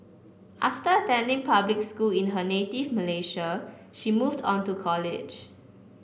after attending public school in her native Malaysia she moved on to college